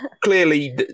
clearly